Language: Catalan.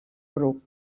bru